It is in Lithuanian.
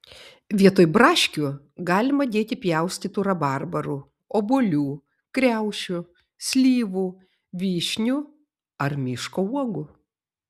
vietoj braškių galima dėti pjaustytų rabarbarų obuolių kriaušių slyvų vyšnių ar miško uogų